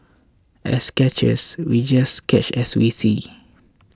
as sketchers we just sketch as we see